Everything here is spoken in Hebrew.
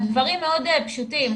הדברים מאוד פשוטים.